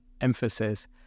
emphasis